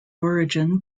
origin